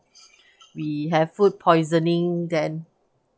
we have food poisoning then